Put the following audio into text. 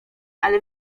ale